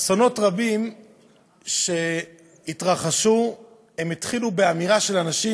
אסונות רבים שהתרחשו התחילו באמירה של אנשים,